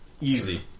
Easy